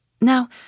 Now